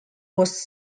was